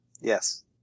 Yes